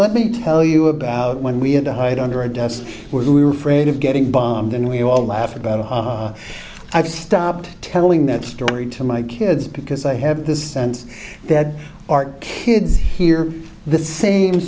let me tell you about when we had to hide under a desk where we were afraid of getting bombed and we all laughed about it i've stopped telling that story to my kids because i have this sense that art kids hear the same